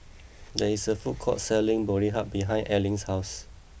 there is a food court selling Boribap behind Allyn's house